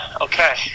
Okay